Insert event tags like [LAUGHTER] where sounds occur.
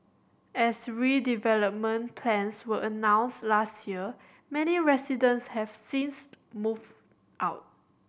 as redevelopment plans were announced last year many residents have since [UNINTELLIGIBLE] moved out